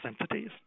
entities